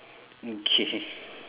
mm K